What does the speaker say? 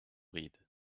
reed